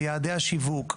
ביעדי השיווק,